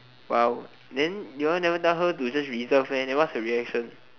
!wow! then you all never tell her to just reserve meh then what's the reaction